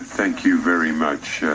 thank you very much. yeah